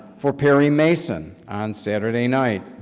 for perry mason, on saturday night.